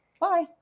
bye